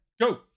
go